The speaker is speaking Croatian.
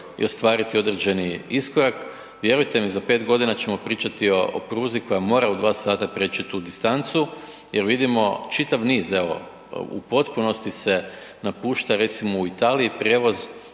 i ostvariti određeni iskorak, vjerujte mi, za 5 g. ćemo pričati o pruzi koja mora u dva sata prijeći tu distancu jer vidimo čitav niz evo u potpunosti se napušta recimo u Italiji prijevoz